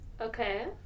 Okay